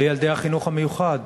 לילדי החינוך המיוחד.